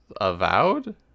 Avowed